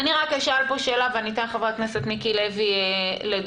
אני רק אשאל פה שאלה ואתן לחבר הכנסת מיקי לוי לדבר,